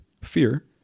fear